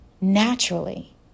naturally